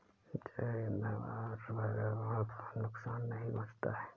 जैव ईंधन पर्यावरण को नुकसान नहीं पहुंचाता है